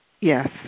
Yes